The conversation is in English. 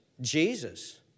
Jesus